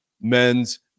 men's